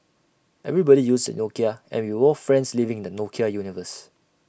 everybody used A Nokia and we were all friends living in the Nokia universe